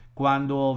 quando